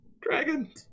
Dragon